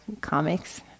comics